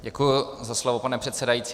Děkuji za slovo, pane předsedající.